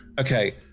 Okay